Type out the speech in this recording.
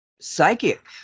psychic